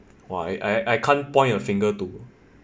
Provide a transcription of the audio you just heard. !wah! I I can't point a finger to